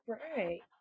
right